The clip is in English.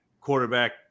quarterback